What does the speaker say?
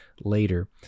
later